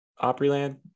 Opryland